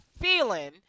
feeling